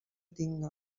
tinga